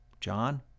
John